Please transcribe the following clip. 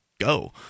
go